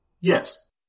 Yes